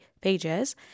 pages